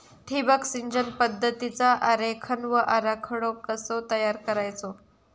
ठिबक सिंचन पद्धतीचा आरेखन व आराखडो कसो तयार करायचो?